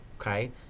Okay